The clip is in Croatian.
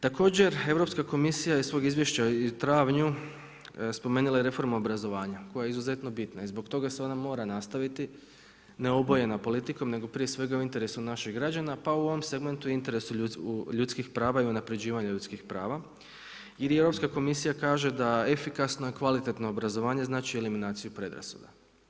Također Europska komisija iz svog izvješća u travnju je spomenula reformu obrazovanja koja je izuzetno bitna i zbog toga se ona mora nastaviti ne obojena politikom nego prije svega u interesu naših građana pa u ovom segmentu i u interesu ljudskih prava i unapređivanju ljudskih prava i gdje Europska komisija kaže da efikasno i kvalitetno obrazovanje znači eliminaciju predrasuda.